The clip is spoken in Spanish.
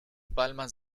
palmas